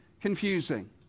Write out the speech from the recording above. confusing